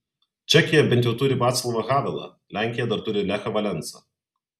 čekija bent jau turi vaclovą havelą lenkija dar turi lechą valensą